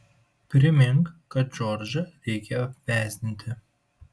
primink kad džordžą reikia apvesdinti